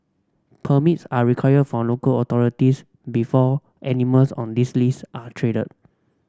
permits are required from local authorities before animals on this list are traded